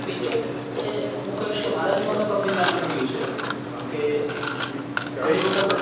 તો ક્રિકેટ એ હું કહીશ કે મારા જીવનનું એક અભિન્ન અંગ રહ્યું છે કે ઘણી વખત